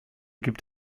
gibt